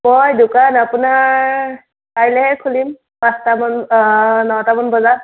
মই দোকান আপোনাৰ কাইলৈহে খুলিম পাঁচটামান অ নটামান বজাত